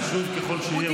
חשוב ככל שיהיה,